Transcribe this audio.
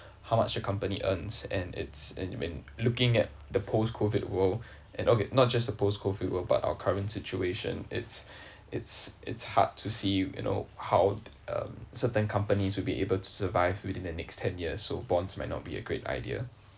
how much your company earns and it's in when looking at the post COVID world and all not just the post COVID world but our current situation it's it's it's hard to see you know how'd um certain companies will be able to survive within the next ten years so bonds may not be a great idea